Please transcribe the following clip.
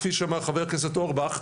כפי שאמר חבר הכנסת אורבך,